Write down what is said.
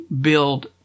build